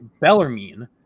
Bellarmine